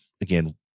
again